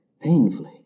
painfully